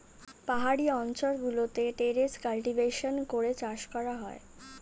পাহাড়ি অঞ্চল গুলোতে টেরেস কাল্টিভেশন করে চাষ করা হয়